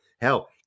hell